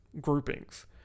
groupings